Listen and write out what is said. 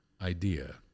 idea